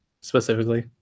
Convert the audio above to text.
specifically